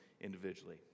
individually